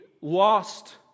lost